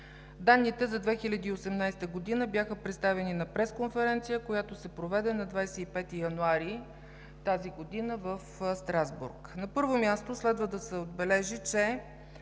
Данните за 2018 г. бяха представени на пресконференция, която се проведе на 25 януари тази година в Страсбург. На първо място, следва да се отбележи, че